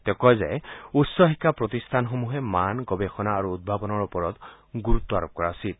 তেওঁ কয় যে উচ্চ শিক্ষা প্ৰতিষ্ঠানসমূহে মান গৱেষণা আৰু উদ্ভাৱনৰ ওপৰত গুৰুত্ব আৰোপ কৰা উচিত